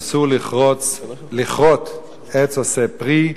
שאסור לכרות עץ עושה פרי,